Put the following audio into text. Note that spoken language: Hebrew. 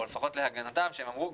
או לפחות להגנתם שהם אמרו,